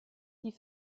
die